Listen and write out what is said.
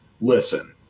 listen